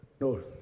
No